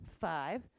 five